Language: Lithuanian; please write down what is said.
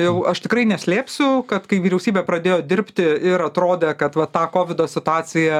jau aš tikrai neslėpsiu kad kai vyriausybė pradėjo dirbti ir atrodė kad va tą kovido situaciją